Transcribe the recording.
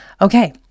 Okay